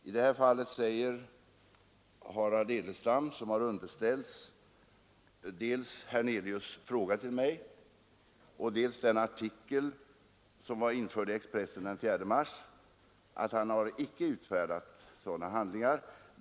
I det här fallet säger Harald Edelstam, som har underställts dels herr Hernelius” fråga till mig, dels den artikel som var införd i Expressen den 4 mars, att han icke har utfärdat sådana handlingar.